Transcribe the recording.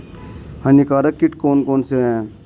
हानिकारक कीट कौन कौन से हैं?